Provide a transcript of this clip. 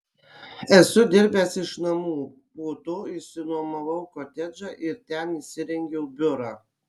esu dirbęs iš namų po to išsinuomojau kotedžą ir ten įsirengiau biurą